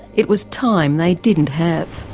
it was time they didn't have.